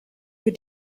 für